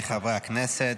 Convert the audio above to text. חבריי חברי הכנסת,